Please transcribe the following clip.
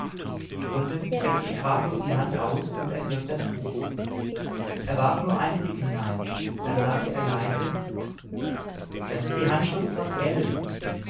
streckte sprachlos die hand aus und ergriff das buch er warf nur einen blick hinein dann sagte er leise das ist die handschrift von ell